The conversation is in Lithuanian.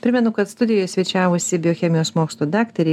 primenu kad studijoje svečiavosi biochemijos mokslų daktarė